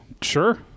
Sure